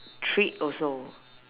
treat also